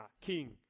king